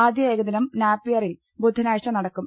ആദ്യ ഏകദിനം നാപ്പിയറിൽ ബുധ നാഴ്ച നടക്കും